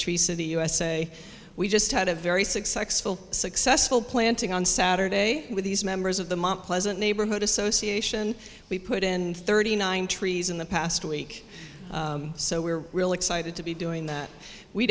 tree city usa we just had a very successful successful planting on saturday with these members of the mount pleasant neighborhood association we put and thirty nine trees in the past week so we're really excited to be doing that we